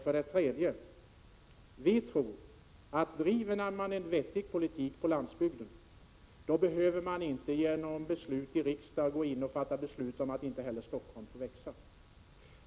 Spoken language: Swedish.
För det tredje tror vi moderater att man, om man bedriver en vettig politik för landsbygden, inte behöver fatta beslut i riksdagen om att inte heller Stockholm får växa.